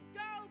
go